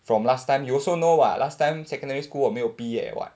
from last time you also know [what] last time secondary school 我没有毕业 [what]